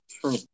true